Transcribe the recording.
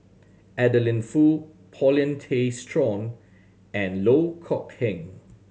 Adeline Foo Paulin Tay Straughan and Loh Kok Heng